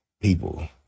people